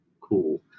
cool